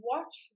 Watch